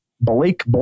Blake